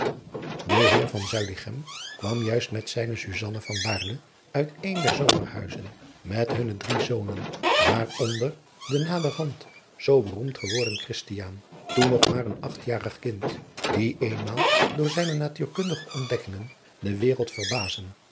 e eer kwam juist met zijne uit een der zomerhuizen met hunne drie zonen waaronder de naderhand zoo beroemd geworden toen nog maar een achtjarig kind die eenmaal door zijne natuurkundige ontdekkingen de wereld verbazen